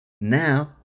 Now